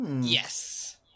Yes